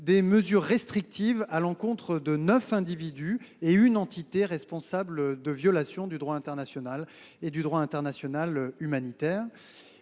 des mesures restrictives à l’encontre de neuf individus et d’une entité responsables de violations du droit international, en particulier du droit international humanitaire.